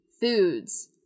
foods